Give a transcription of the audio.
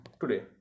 today